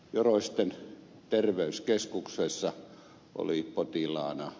joroisten terveyskeskuksessa oli potilaana